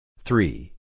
Three